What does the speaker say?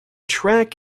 track